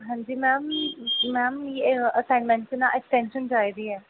हां जी ma'am ma'am ma'am assignment च ऐक्सटेंशन चाहिदी ऐ